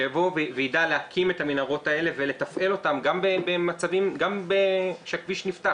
שיבוא וידע להקים את המנהרות האלה ולתפעל אותן גם כשהכביש נפתח,